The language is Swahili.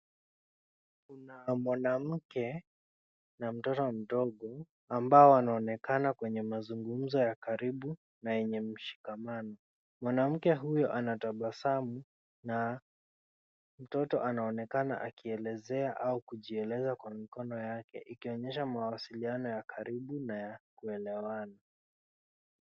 Kuna mwanamke na mtoto mdogo ambao wanaonekana kwenye mazungumzo ya karibu na yenye mshikamano. Mwanamke huyo anatabasamu na mtoto anaonekana akielezea au kujieleza kwa mikono yake ikionyesha mawasiliano ya karibu na ya kuelewana.